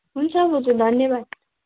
हुन्छ बोजू धन्यवाद